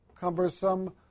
cumbersome